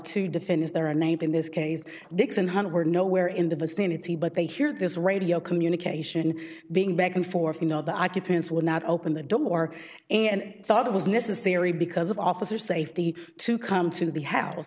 to defend is there a name in this case dixon hunt were nowhere in the vicinity but they hear this radio communication being back and forth you know the occupants would not open the door and thought it was necessary because of officer safety to come to the house